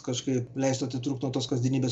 kažkaip leistų atitrūkt nuo tos kasdienybės